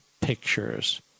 pictures